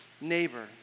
neighbor